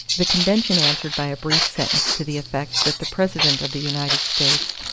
the convention answered by a brief sentence to the effect that the president of the united states,